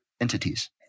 entities